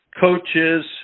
coaches